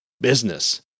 business